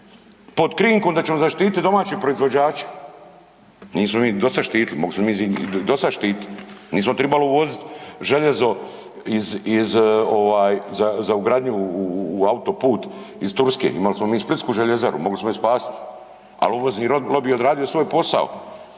pod krinkom da ćemo zaštiti domaće proizvođače, nismo ih ni do sada štitili, mogli smo mi njih i do sada štititi, nismo trebali uvoziti željezo za ugradnju u autoput iz Turske, imali smo mi Splitsku željezaru mogli smo je spasiti. Ali uvozni lobi je odradio svoj posao